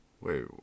wait